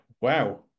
wow